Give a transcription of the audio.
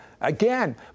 again